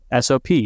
sop